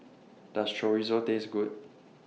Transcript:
Does Chorizo Taste Good